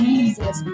Jesus